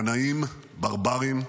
קנאים, ברברים.